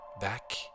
back